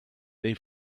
they